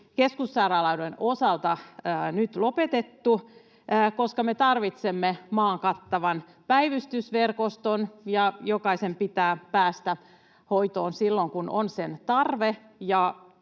keskussairaaloiden osalta nyt lopetettu, koska me tarvitsemme maan kattavan päivystysverkoston ja jokaisen pitää päästä hoitoon silloin, kun on sen tarve,